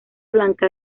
blanca